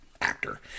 actor